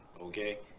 okay